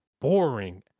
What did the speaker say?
boring